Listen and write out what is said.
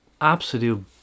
absolute